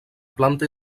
planta